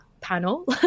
panel